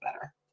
better